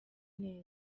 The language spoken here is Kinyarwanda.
neza